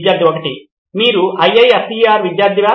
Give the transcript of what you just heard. విద్యార్థి 1 మీరు IISER విద్యార్థివా